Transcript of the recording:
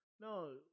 No